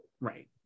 Right